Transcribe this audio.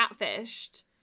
catfished